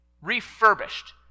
refurbished